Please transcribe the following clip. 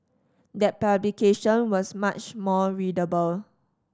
that publication was much more readable